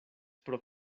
pro